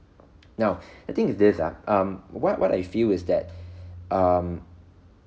now the thing is this ah um what what I feel is that um